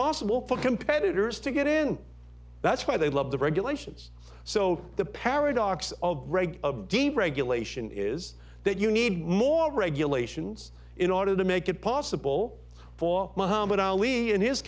possible for competitors to get in that's why they love the regulations so the paradox of deregulation is that you need more regulations in order to make it possible for muhammad ali and his